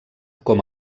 com